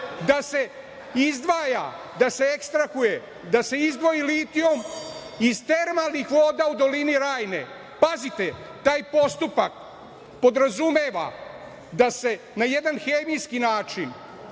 da se izdvaja, da se ekstrahuje da se izdvoji litijum iz termalnih voda u dolini Rajne. Pazite, taj postupak podrazumeva da se na jedan hemijski način,